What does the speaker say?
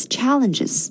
challenges